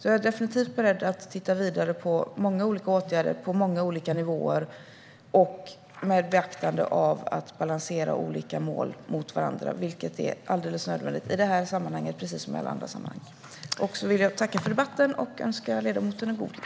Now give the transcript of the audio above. Jag är definitivt beredd att titta vidare på många olika åtgärder på många olika nivåer och med beaktande av att balansera olika mål mot varandra, vilket är alldeles nödvändigt i det här sammanhanget precis som i alla andra sammanhang. Jag vill tacka för debatten och önska ledamoten en god jul.